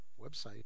website